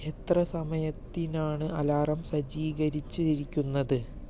എത്ര സമയത്തിനാണ് അലാറം സജ്ജീകരിച്ചിരിക്കുന്നത്